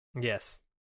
Yes